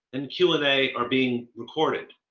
and q and a are being recorded.